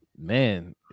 man